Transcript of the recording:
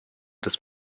des